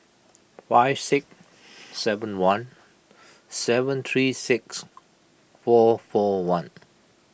five six seven one seven three six four four one